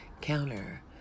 counter